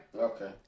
Okay